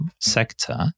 sector